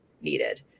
needed